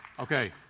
Okay